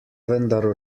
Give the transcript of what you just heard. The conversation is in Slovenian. vendar